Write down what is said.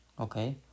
okay